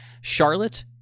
Charlotte